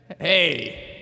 Hey